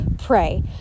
pray